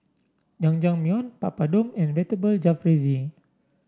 Jajangmyeon Papadum and Vegetable Jalfrezi